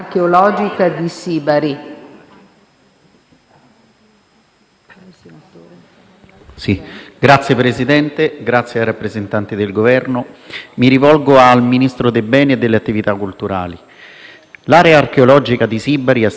Signor Presidente, signori rappresentanti del Governo, mi rivolgo al Ministro dei beni e delle attività culturali. L'area archeologica di Sibari è stata la prima colonia fondata dagli Achei sulla costa ionica della Calabria.